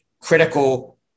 critical